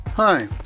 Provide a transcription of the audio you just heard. Hi